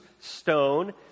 stone